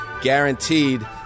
guaranteed